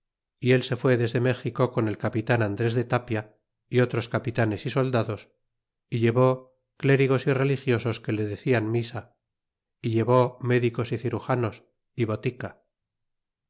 y él se fuó desde méxico con el capitan andres de tapia y otros capitanes y soldados y llevó clérigos y religiosos que le decian misa y llevó médicos y cirujanos y botica